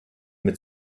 mit